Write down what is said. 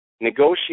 negotiate